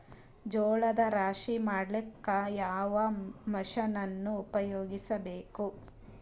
ಜೋಳದ ರಾಶಿ ಮಾಡ್ಲಿಕ್ಕ ಯಾವ ಮಷೀನನ್ನು ಉಪಯೋಗಿಸಬೇಕು?